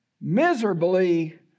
miserably